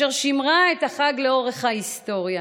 אשר שימרה את החג לאורך ההיסטוריה,